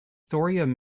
thorium